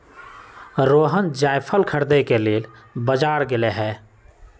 रोहण जाएफल खरीदे के लेल बजार गेलई ह